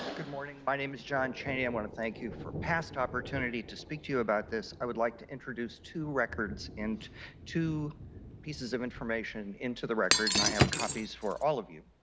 good morning, my name is john cheney. i want to thank you for past opportunity to speak to you about this. i like to introduce two records and two pieces of information into the record. and i have copies for all of you.